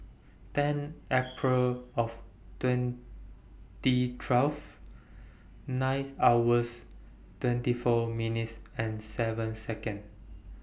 ten April of twenty twelve nine hours twenty four minutes and seven Second